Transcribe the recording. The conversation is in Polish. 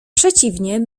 przeciwnie